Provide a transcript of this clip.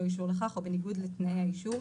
אישור לכך או בניגוד לתנאי האישור,